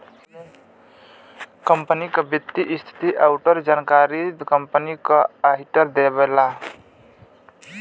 company क वित्तीय स्थिति आउर बाकी जानकारी कंपनी क आडिटर देवला